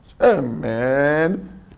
Amen